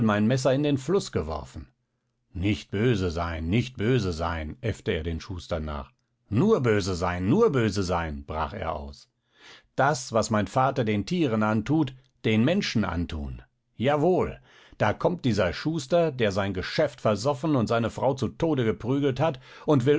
mein messer in den fluß geworfen nicht böse sein nicht böse sein äffte er den schuster nach nur böse sein nur böse sein brach er aus das was mein vater den tieren antut den menschen antun jawohl da kommt dieser schuster der sein geschäft versoffen und seine frau zu tode geprügelt hat und